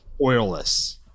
oilless